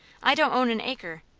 i don't own an acre.